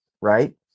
right